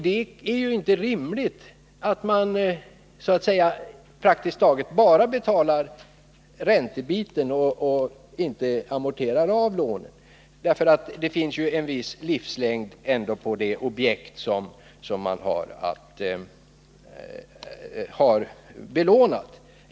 Det är inte rimligt att man så att säga praktiskt taget bara betalar räntebiten och inte amorterar av lånet, för det finns ju en viss livslängd på det objekt som man en gång har belånat.